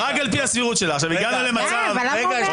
איזה מיעוט?